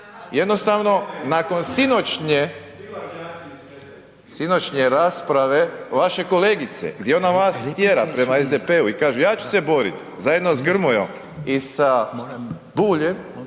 jednostavno, nakon sinoćnje rasprave, vaše kolegice, gdje ona vas tjera prema SDP-u i kaže ja ću se boriti zajedno s Grmojom i sa Buljem